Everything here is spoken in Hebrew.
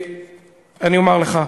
אני אומר לך: